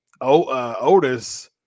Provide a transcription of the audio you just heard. Otis